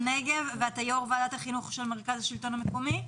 ואתה יו"ר ועדת החינוך של מרכז השלטון המקומי?